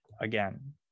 Again